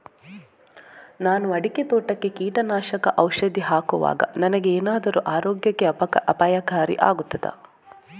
ನಾನು ಅಡಿಕೆ ತೋಟಕ್ಕೆ ಕೀಟನಾಶಕ ಔಷಧಿ ಹಾಕುವಾಗ ನನಗೆ ಏನಾದರೂ ಆರೋಗ್ಯಕ್ಕೆ ಅಪಾಯಕಾರಿ ಆಗುತ್ತದಾ?